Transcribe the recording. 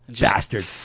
Bastard